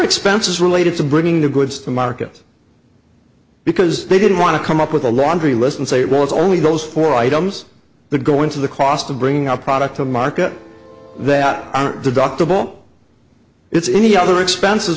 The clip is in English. expenses related to bringing the goods to market because they didn't want to come up with a laundry list and say well it's only those four items the go into the cost of bringing a product to market that on the doctor won't it's any other expenses